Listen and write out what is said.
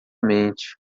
mente